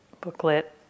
booklet